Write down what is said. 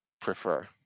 prefer